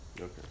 okay